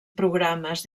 programes